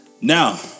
Now